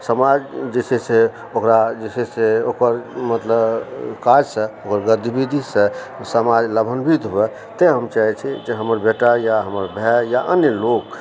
समाज जे छै से ओकरा जे छै से ओकर मतलब काजसँ आओर गतिविधिसँ समाज लाभान्वित हुए तैं हम चाही छी जे हमर बेटा या हमर भाइ या अन्य लोग